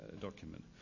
document